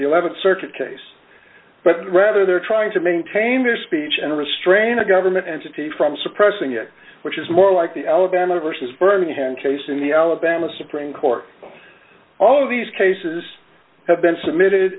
the th circuit case but rather they're trying to maintain their speech and restrain a government entity from suppressing it which is more like the alabama vs birmingham case and the alabama supreme court all of these cases have been submitted